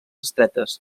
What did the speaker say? estretes